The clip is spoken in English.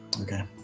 Okay